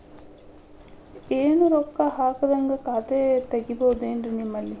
ಏನು ರೊಕ್ಕ ಹಾಕದ್ಹಂಗ ಖಾತೆ ತೆಗೇಬಹುದೇನ್ರಿ ನಿಮ್ಮಲ್ಲಿ?